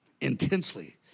intensely